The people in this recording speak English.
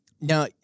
now